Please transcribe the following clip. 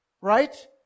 Right